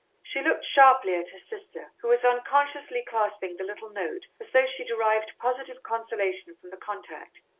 she looked sharply at her sister, who was unconsciously clasping the little note as though she derived positive consolation from the contact.